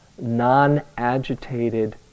non-agitated